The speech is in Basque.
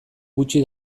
gutxi